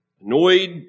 annoyed